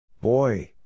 Boy